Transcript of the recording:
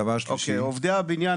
דבר שלישי: עובדי הבניין,